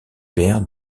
père